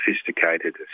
sophisticated